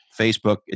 Facebook